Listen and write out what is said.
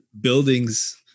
buildings